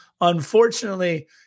Unfortunately